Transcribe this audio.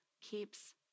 keeps